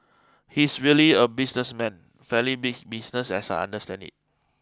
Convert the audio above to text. he's really a businessman fairly big business as I understand it